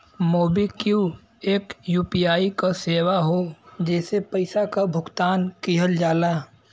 MobiKwik एक UPI क सेवा हौ जेसे पइसा क भुगतान किहल जाला